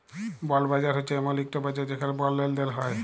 বল্ড বাজার হছে এমল ইকট বাজার যেখালে বল্ড লেলদেল হ্যয়